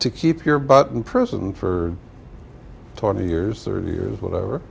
to keep your butt in prison for twenty years thirty years whatever